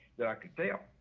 that i could fail.